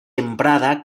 emprada